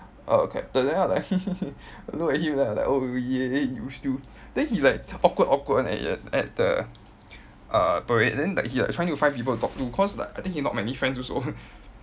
err captain then I was like I look at him then I like oh yeah you still then he like awkward awkward [one] eh at at the uh parade then like he like trying to find people to talk to cause like I think he not many friends also